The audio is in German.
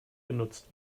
genutzt